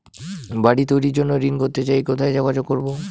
বাড়ি তৈরির জন্য ঋণ করতে চাই কোথায় যোগাযোগ করবো?